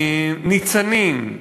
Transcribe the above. ניצנים,